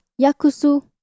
YAKUSU